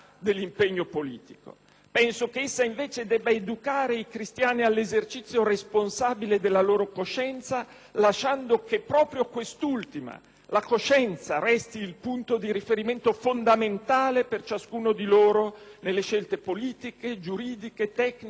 penso che essa invece debba educare i cristiani all'esercizio responsabile della loro coscienza, lasciando che proprio quest'ultima, la coscienza, resti il punto di riferimento fondamentale per ciascuno di loro nelle scelte politiche, giuridiche, tecniche e professionali.